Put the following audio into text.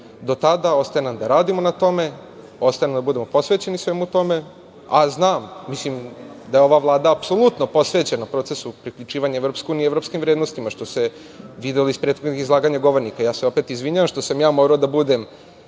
Do tada ostaje nam da radimo na tome, ostaje nam da budemo posvećeni svemu tome, a znam da je ova Vlada apsolutno posvećena procesu priključivanja Evropskoj uniji i evropskim vrednostima, što se videlo iz prethodnih izlaganja govornika. Opet se izvinjavam što sam ja morao da budem